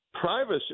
privacy